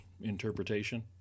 interpretation